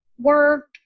work